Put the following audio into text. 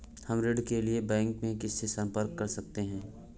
हम ऋण के लिए बैंक में किससे संपर्क कर सकते हैं?